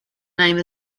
name